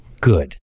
Good